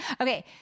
Okay